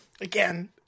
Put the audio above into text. Again